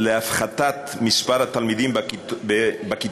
על הפחתת מספר התלמידים בכיתות